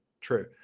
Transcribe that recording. true